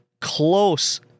close